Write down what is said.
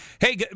Hey